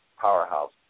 powerhouse